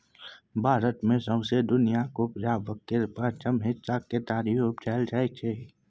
भारत मे सौंसे दुनियाँक उपजाक केर पाँचम हिस्साक केतारी उपजाएल जाइ छै